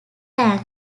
rank